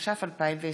התש"ף 2020,